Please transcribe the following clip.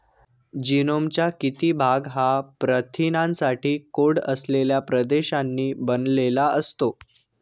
जीनोमचा किती भाग हा प्रथिनांसाठी कोड असलेल्या प्रदेशांनी बनलेला असतो?